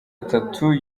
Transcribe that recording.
atatu